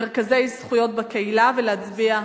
מרכזי זכויות בקהילה", ולהצביע בעדה.